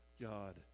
God